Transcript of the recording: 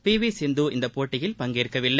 B V Sindhu இந்தப் போட்டியில் பங்கேற்கவில்லை